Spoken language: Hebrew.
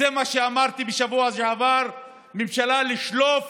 זה מה שאמרתי בשבוע שעבר, ממשלה של שלוף,